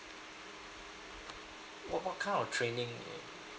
oh what kind of training they